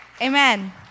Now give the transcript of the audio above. Amen